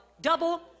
double